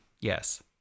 Yes